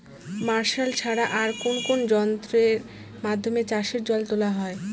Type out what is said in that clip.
Martial ছাড়া আর কোন কোন যন্ত্রেরর মাধ্যমে চাষের জল তোলা হয়?